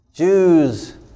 Jews